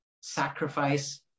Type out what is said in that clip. Sacrifice